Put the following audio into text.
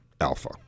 Alpha